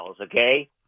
okay